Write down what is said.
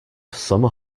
summer